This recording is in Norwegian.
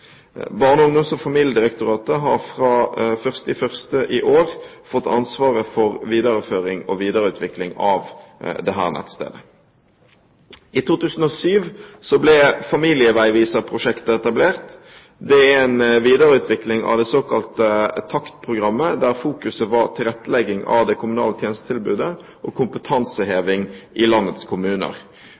barn og unge med nedsatt funksjonsevne. Et eget nasjonalt nettsted, familienettet.no, er et viktig verktøy i denne sammenheng. Barne-, ungdoms- og familiedirektoratet har fra 1. januar i år fått ansvaret for videreføring og videreutvikling av dette nettstedet. I 2007 ble Familieveiviser-prosjektet etablert. Det er en videreutvikling av det såkalte TaKT-programmet, der fokuset var tilrettelegging av det kommunale tjenestetilbudet og